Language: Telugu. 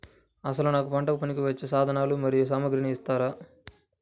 అసలు నాకు పంటకు పనికివచ్చే సాధనాలు మరియు సామగ్రిని ఇస్తారా?